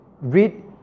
read